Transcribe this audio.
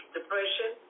depression